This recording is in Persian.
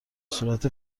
صورت